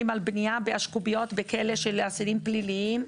על בנייה באשקוביות בכלא של אסירים פליליים.